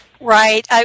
Right